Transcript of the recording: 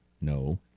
No